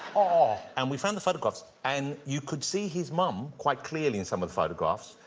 ah and we found the photographs, and you could see his mum quite clearly in some of the photographs,